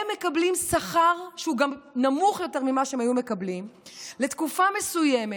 הם מקבלים שכר שהוא גם נמוך יותר ממה שהם היו מקבלים לתקופה מסוימת,